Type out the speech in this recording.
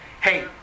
Hey